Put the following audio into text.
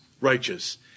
righteous